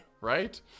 right